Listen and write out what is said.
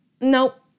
nope